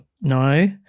no